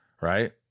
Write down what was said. right